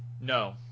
no